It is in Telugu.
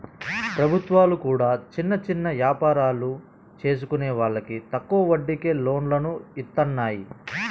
ప్రభుత్వాలు కూడా చిన్న చిన్న యాపారాలు చేసుకునే వాళ్లకి తక్కువ వడ్డీకే లోన్లను ఇత్తన్నాయి